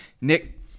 Nick